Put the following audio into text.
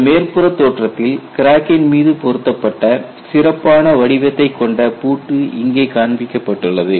இந்த மேற்புற தோற்றத்தில் கிராக்கின் மீது பொருத்தப்பட்ட சிறப்பான வடிவத்தைக் கொண்ட பூட்டு இங்கே காண்பிக்கப்பட்டுள்ளது